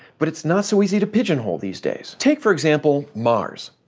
but it's not so easy to pigeonhole these days. take, for example, mars.